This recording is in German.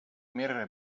mehrere